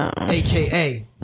AKA